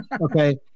okay